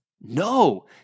No